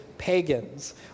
pagans